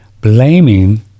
blaming